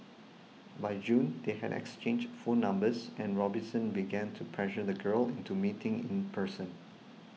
by June they had exchanged phone numbers and Robinson began to pressure the girl into meeting in person